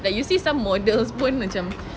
like you see some model pun macam